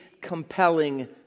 compelling